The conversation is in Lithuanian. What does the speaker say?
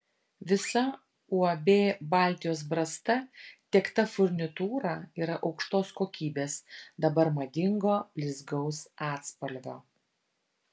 visa uab baltijos brasta tiekta furnitūra yra aukštos kokybės dabar madingo blizgaus atspalvio